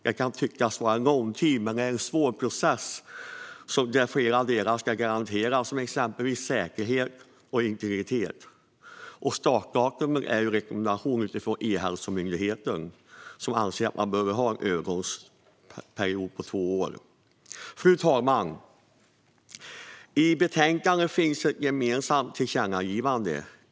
Det kan tyckas vara lång tid, men det är en svår process där flera delar ska garanteras, till exempel säkerhet och integritet. Startdatum är satt utifrån en rekommendation från E-hälsomyndigheten, som anser att det behövs en övergångsperiod på två år. Fru talman! I betänkandet finns ett gemensamt tillkännagivande.